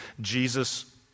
Jesus